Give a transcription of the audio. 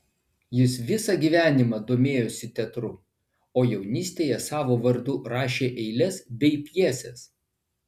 jis visą gyvenimą domėjosi teatru o jaunystėje savo vardu rašė eiles bei pjeses